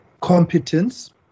competence